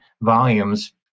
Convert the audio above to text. volumes